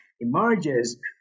emerges